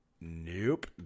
Nope